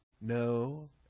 No